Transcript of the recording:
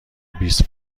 بیست